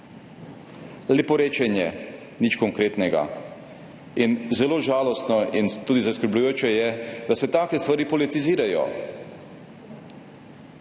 Leporečenje, nič konkretnega in zelo žalostno in tudi zaskrbljujoče je, da se take stvari politizirajo.